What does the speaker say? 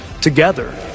Together